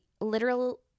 literal